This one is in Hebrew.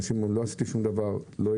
אנשים אומרים שהם לא עשו שום דבר כזה,